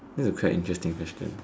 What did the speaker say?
this is a quite interesting question